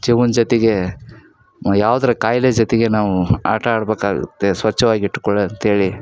ಜೀವನ ಜೊತೆಗೆ ನಾವು ಯಾವ್ದಾರಾ ಖಾಯಿಲೆ ಜೊತೆಗೆ ನಾವು ಆಟ ಆಡ್ಬೇಕಾಗುತ್ತೆ ಸ್ವಚ್ಛವಾಗಿಟ್ಕೊಳ್ಳಿ ಅಂತೇಳಿ